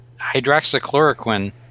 hydroxychloroquine